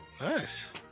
nice